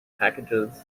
packages